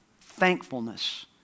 Thankfulness